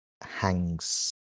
hangs